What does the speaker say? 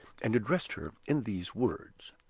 and addressed her in these words